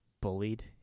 bullied